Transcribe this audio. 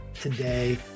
today